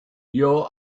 your